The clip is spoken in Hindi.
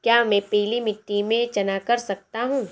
क्या मैं पीली मिट्टी में चना कर सकता हूँ?